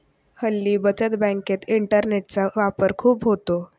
हल्ली बचत बँकेत इंटरनेटचा वापर खूप होतो